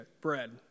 bread